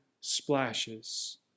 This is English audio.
splashes